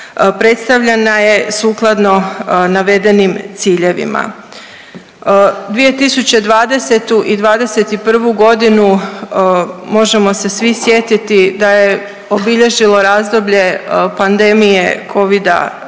predstavljena je sukladno navedenim ciljevima. 2020. i '21.g. možemo se svi sjetiti da je obilježilo razdoblje pandemije